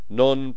non